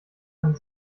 kann